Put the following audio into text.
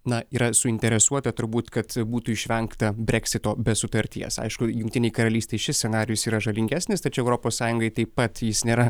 na yra suinteresuota turbūt kad būtų išvengta breksito be sutarties aišku jungtinei karalystei šis scenarijus yra žalingesnis tačiau europos sąjungai taip pat jis nėra